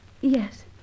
Yes